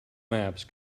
maps